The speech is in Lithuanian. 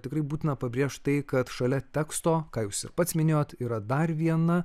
tikrai būtina pabrėžt tai kad šalia teksto ką jūs ir pats minėjot yra dar viena